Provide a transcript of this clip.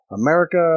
America